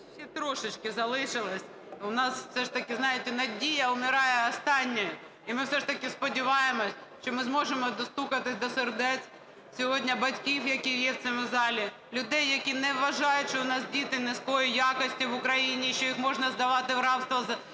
трошечки залишилося, у нас все ж таки, знаєте, надія умирає останньою. І ми все ж таки сподіваємося, що ми зможемо достукатися до сердець сьогодні батьків, які є в цьому залі, людей, які не вважають, що в нас діти низької якості в Україні, що їх можна здавати в рабство в